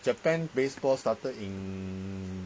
japan baseball started in